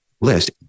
list